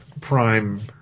Prime